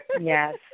Yes